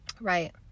right